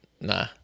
Nah